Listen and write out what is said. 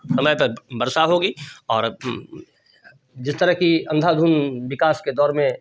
समय पर बर्षा होगी और जिस तरह की अंधा धुंध विकास के दौर में